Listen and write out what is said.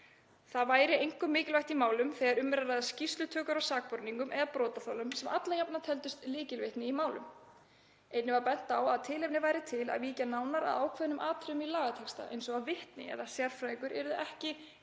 Það væri einkum mikilvægt í málum þegar um væri að ræða skýrslutökur af sakborningum eða brotaþolum sem alla jafna teldust lykilvitni í málum. Einnig var bent á að tilefni væri til að víkja nánar að ákveðnum atriðum í lagatexta eins og að vitni eða sérfræðingur yrði ekki